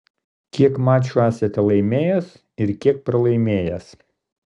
kiek mačų esate laimėjęs ir kiek pralaimėjęs